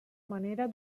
manera